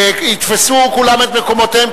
יתפסו כולם את מקומותיהם,